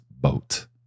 boat